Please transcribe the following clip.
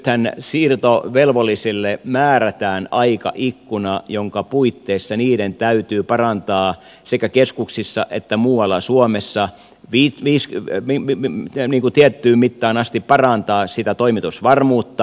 nythän siirtovelvollisille määrätään aikaikkuna jonka puitteissa niiden täytyy parantaa sekä keskuksissa että muualla suomessa tiettyyn mittaan asti sitä toimitusvarmuutta